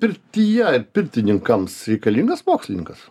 pirtyje pirtininkams reikalingas mokslininkas